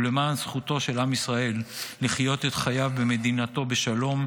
ולמען זכותו של עם ישראל לחיות את חייו במדינתו בשלום,